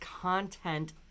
content